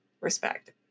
respect